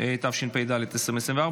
התשפ"ד 2024,